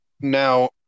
Now